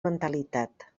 mentalitat